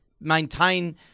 maintain